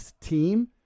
team